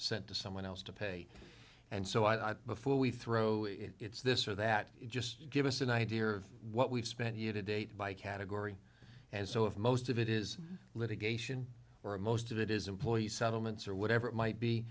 sent to someone else to pay and so i before we throw it it's this or that just give us an idea of what we've spent a year to date by category and so if most of it is litigation or most of it is employee settlements or whatever it might be